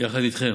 יחד איתכם.